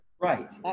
Right